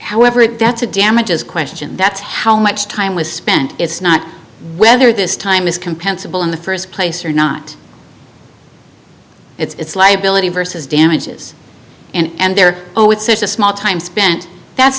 however it gets a damages question that's how much time was spent it's not whether this time is compensable in the first place or not it's liability versus damages and their oh it's such a small time spent that's